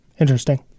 Interesting